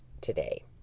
today